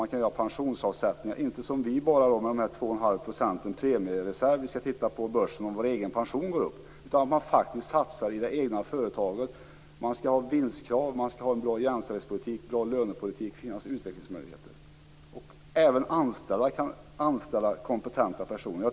Man kan göra avsättningar som inte som hos oss bara omfattar 2 1⁄2 % i premiereserv för att via börsen öka pensionen, utan verkliga satsningar i det egna företaget. Man ställer vinstkrav, man skall ha en bra jämställdhets och lönepolitik och utvecklingsmöjligheter skall finnas. Även anställda kan engagera kompetenta personer.